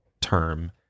term